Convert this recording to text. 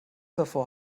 davor